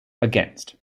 against